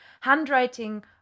handwriting